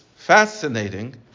Fascinating